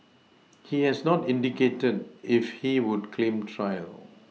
he has not indicated if he would claim trial